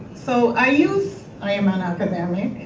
so i use, i am an academic,